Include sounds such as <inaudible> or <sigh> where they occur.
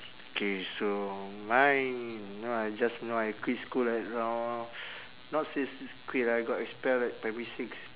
K so mine know I just know I quit school at around <noise> not says quit ah I got expelled at primary six